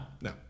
No